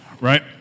right